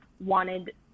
wanted